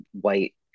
white